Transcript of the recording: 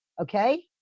okay